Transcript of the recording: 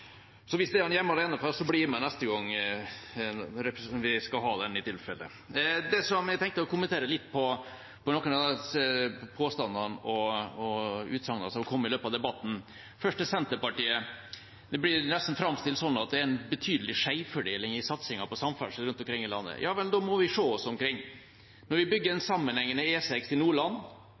Så hvis det var en hjemme alene-fest, blir jeg med neste gang man skal ha det, i så tilfelle. Jeg tenkte å kommentere litt de påstandene og utsagnene som har kommet i løpet av debatten. Først til Senterpartiet: Det blir nesten framstilt som at det er en betydelig skjevfordeling i satsingen på samferdsel rundt omkring i landet. Da må vi se oss omkring: Når vi bygger en sammenhengende E6 i Nordland,